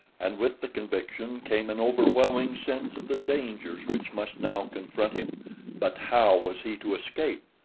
and with the conviction came an overwhelming sense of the dangers which must now confront him but how was he to escape?